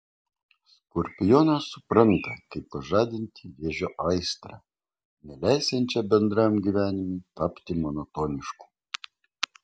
skorpionas supranta kaip pažadinti vėžio aistrą neleisiančią bendram gyvenimui tapti monotonišku